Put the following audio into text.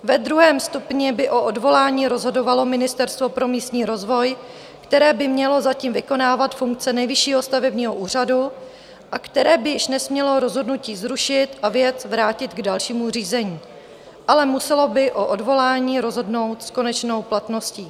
Ve druhém stupni by o odvolání rozhodovalo Ministerstvo pro místní rozvoj, které by mělo zatím vykonávat funkce Nejvyššího stavebního úřadu a které by již nesmělo rozhodnutí zrušit a věc vrátit k dalšímu řízení, ale muselo by o odvolání rozhodnout s konečnou platností.